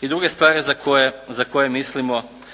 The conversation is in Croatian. I druge stvari za koje,